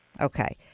Okay